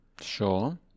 Sure